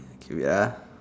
K ah